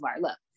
Look